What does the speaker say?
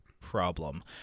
problem